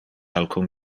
alcun